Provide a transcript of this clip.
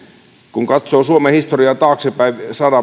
kun katsoo suomen historiaa taaksepäin sadan